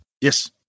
Yes